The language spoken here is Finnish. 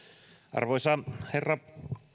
arvoisa herra